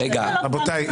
רבותיי,